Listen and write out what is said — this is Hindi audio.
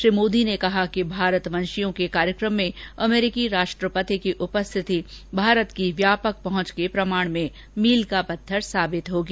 श्री मोदी ने कहा कि भारतवंशियों के कार्यक्रम में अमरीकी राष्ट्रपति की उपस्थिति भारत की व्यापक पहुंच के प्रमाण में मील का पत्थर साबित होगी